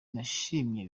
yanashimye